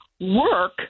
work